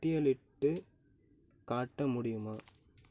பட்டியலிட்டு காட்ட முடியுமா